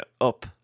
up